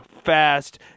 fast